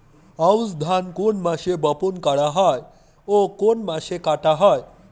আউস ধান কোন মাসে বপন করা হয় ও কোন মাসে কাটা হয়?